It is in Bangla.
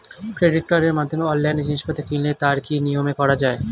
ক্রেডিট কার্ডের মাধ্যমে অনলাইনে জিনিসপত্র কিনলে তার কি নিয়মে করা যায়?